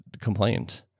complained